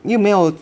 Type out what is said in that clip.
又没有